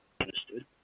understood